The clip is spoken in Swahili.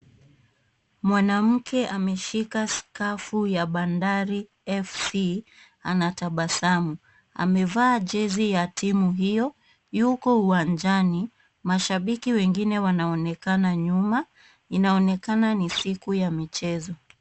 Mwanamke ameshika skafu ya Bandari F.C anatabasamu. Amevaa jezi ya timu hiyo, yuko uwanjani. Mashabiki wengine wanaonekana nyuma, inaonekana ni siku ya michezo.